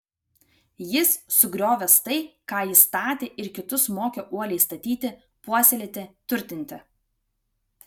jis sugriovęs tai ką ji statė ir kitus mokė uoliai statyti puoselėti turtinti